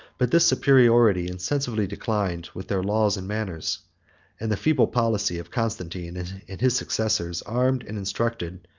but this superiority insensibly declined with their laws and manners and the feeble policy of constantine and his successors armed and instructed,